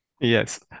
Yes